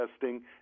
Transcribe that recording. testing